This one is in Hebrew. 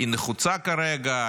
נחוצה כרגע,